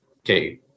okay